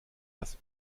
das